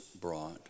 brought